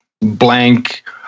blank